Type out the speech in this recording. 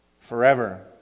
forever